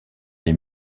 des